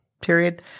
period